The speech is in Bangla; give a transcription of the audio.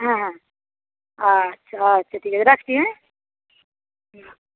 হ্যাঁ হ্যাঁ আচ্ছা আচ্ছা ঠিক আছে রাখছি হ্যাঁ হুম